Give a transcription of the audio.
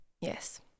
Yes